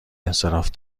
انصراف